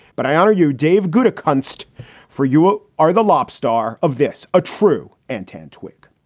but i honor you, dave. good. a concert for you ah are the lost star of this. a true and ten twic